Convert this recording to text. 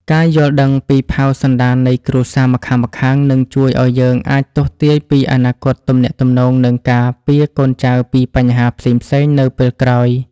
ការយល់ដឹងពីផៅសន្តាននៃគ្រួសារម្ខាងៗ នឹងជួយឱ្យយើងអាចទស្សន៍ទាយពីអនាគតទំនាក់ទំនង និងការពារកូនចៅពីបញ្ហាផ្សេងៗនៅពេលក្រោយ។